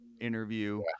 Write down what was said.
interview